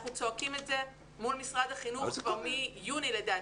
אנחנו צועקים את זה מול משרד החינוך כבר מיוני לדעתי,